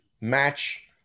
match